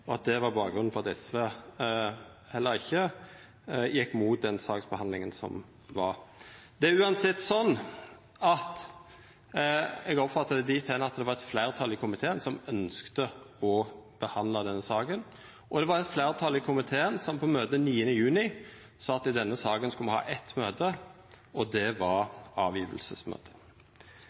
Det var bakgrunnen for at SV heller ikkje gjekk imot den saksbehandlinga som var. Det er uansett sånn at eg oppfatta det slik at det var eit fleirtal i komiteen som ønskte å behandla denne saka, og det var eit fleirtal i komiteen som på møtet 9. juni sa at i denne saka skulle me ha eitt møte, og det var